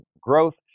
growth